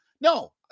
No